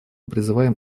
призываем